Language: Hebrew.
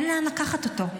אין לאן לקחת אותו,